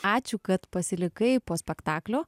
ačiū kad pasilikai po spektaklio